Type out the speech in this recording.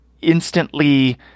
instantly